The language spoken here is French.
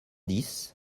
dix